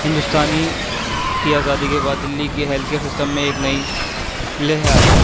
ہندوستانی کی آزادی کے بعد دلی کی ہیلتھ کیئر سسٹم میں ایک نئی لہر آئی